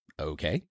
Okay